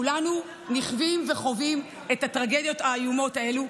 וכולנו נכווים וחווים את הטרגדיות האיומות האלה.